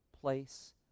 place